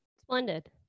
Splendid